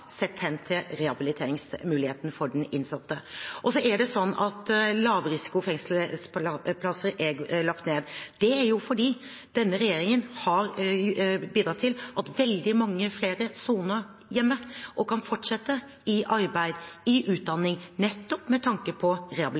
sett hen til rehabiliteringsmuligheten for den innsatte. Så er det sånn at lavrisikofengselsplasser er lagt ned. Det er fordi denne regjeringen har bidratt til at veldig mange flere soner hjemme og kan fortsette i arbeid, i utdanning, nettopp med tanke på